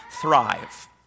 thrive